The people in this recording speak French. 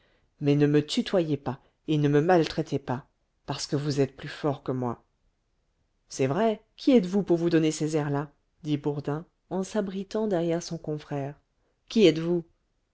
mais ne me tutoyez pas et ne me maltraitez pas parce que vous êtes plus fort que moi c'est vrai qui êtes-vous pour vous donner ces airs là dit bourdin en s'abritant derrière son confrère qui êtes-vous